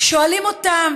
שואלים אותם